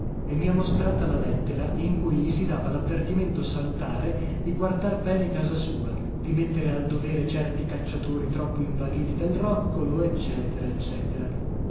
e mi ha mostrata la lettera in cui gli si dava l'avvertimento salutare di guardar bene casa sua di mettere al dovere certi cacciatori troppo invaghiti del roccolo eccetera eccetera